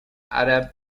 arab